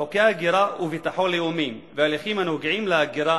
חוקי הגירה וביטחון לאומיים והליכים הנוגעים להגירה